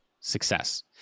success